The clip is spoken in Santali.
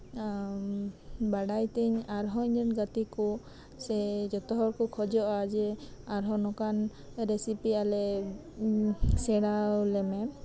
ᱵᱟᱲᱟᱭ ᱛᱤᱧ ᱟᱨᱦᱚᱸ ᱤᱧ ᱨᱮᱱ ᱜᱟᱛᱮ ᱠᱚ ᱥᱮ ᱡᱚᱛᱚ ᱦᱚᱲ ᱠᱚ ᱠᱷᱚᱡᱚᱜᱼᱟ ᱱᱚᱝᱠᱟᱱ ᱨᱮᱥᱤᱯᱤ ᱟᱞᱮ ᱥᱮᱲᱟᱣ ᱟᱞᱮ ᱢᱮ